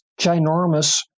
ginormous